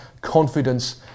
confidence